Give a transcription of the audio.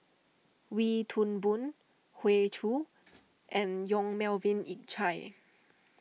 Wee Toon Boon Hoey Choo and Yong Melvin Yik Chye